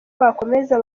bakomeza